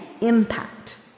impact